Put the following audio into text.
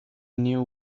knew